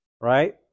right